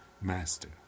Master